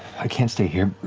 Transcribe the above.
i can't stay here.